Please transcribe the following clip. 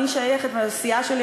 אני והסיעה שלי,